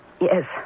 Yes